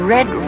Red